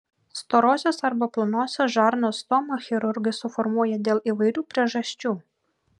storosios arba plonosios žarnos stomą chirurgai suformuoja dėl įvairių priežasčių